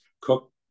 cook